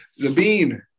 Zabine